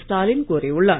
ஸ்டாலின் கோரியுள்ளார்